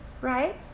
right